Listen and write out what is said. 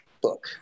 book